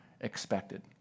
expected